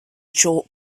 short